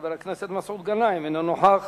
חבר הכנסת מסעוד גנאים, אינו נוכח.